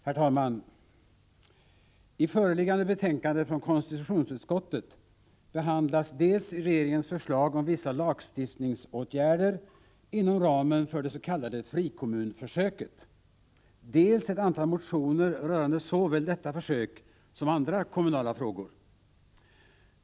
Herr talman! I föreliggande betänkande från konstitutionsutskottet behandlas dels regeringens förslag om vissa lagstiftningsåtgärder inom ramen för det s.k. frikommunsförsöket, dels ett antal motioner rörande såväl detta försök som andra kommunala frågor.